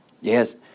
Yes